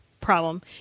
problem